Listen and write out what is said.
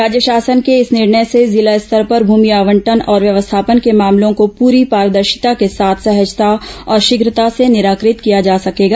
राज्य शासन के इस निर्णय से जिला स्तर पर भूमि आवंटन और व्यवस्थापन के मामलों को पूरी पारदर्शिता के साथ सहजता और शीघता से निराकृत किया जा सकेगा